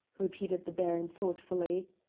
repeated the baron, thoughtfully.